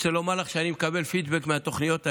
אני רוצה לומר לך שאני מקבל פידבק מהתוכניות האלה,